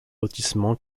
lotissement